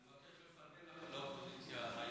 האם זה משהו שאי-אפשר לאפשר לאחר לעשות,